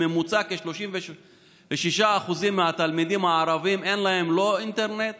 בממוצע לכ-36% מהתלמידים הערבים אין לא אינטרנט